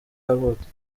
yavutse